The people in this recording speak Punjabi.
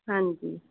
ਹਾਂਜੀ